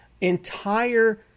Entire